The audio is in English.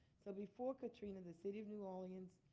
so before katrina, the city of new orleans,